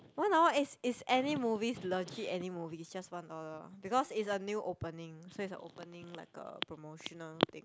one hour is is any movies legit any movies just one dollar because it's a new opening so it's a opening like a promotional thing